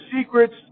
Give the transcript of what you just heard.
secrets